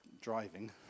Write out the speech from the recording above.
driving